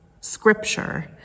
Scripture